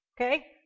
Okay